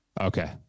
Okay